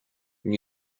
when